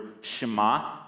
Shema